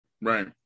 Right